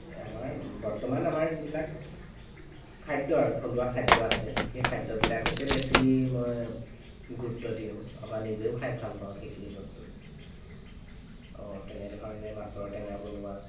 এই আমাৰ বৰ্তমান আমাৰ যিবিলাক খাদ্য আৰু থলুৱা খাদ্য আছে সেই খাদ্যবিলাককে বেছি মই গুৰুত্ব দিওঁ বা নিজেও খাই ভাল পাওঁ সেইখিনি বস্তু অঁ তেনেধৰণে মাছৰ টেঙা বনোৱা